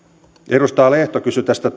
edustaja lehto kysyi tästä